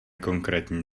konkrétní